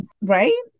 Right